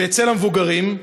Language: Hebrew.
ואצל המבוגרים?